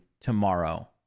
tomorrow